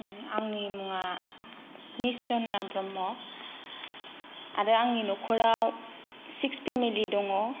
आंनि मुङा मिस जरना ब्रह्म आरो आंनि नख'राव सिक्स फेमिलि दङ